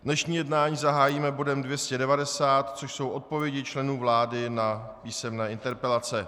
Dnešní jednání zahájíme bodem 290, což jsou odpovědi členů vlády na písemné interpelace.